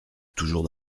toujours